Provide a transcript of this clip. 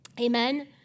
Amen